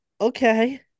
okay